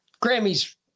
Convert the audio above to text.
grammy's